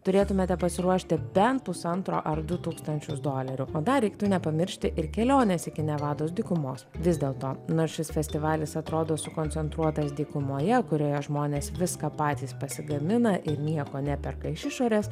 turėtumėte pasiruošti bent pusantro ar du tūkstančius dolerių o dar reiktų nepamiršti ir kelionės iki nevados dykumos vis dėl to nors šis festivalis atrodo sukoncentruotas dykumoje kurioje žmonės viską patys pasigamina ir nieko neperka iš išorės